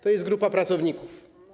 To jest grupa pracowników.